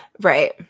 Right